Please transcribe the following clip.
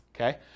okay